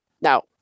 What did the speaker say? now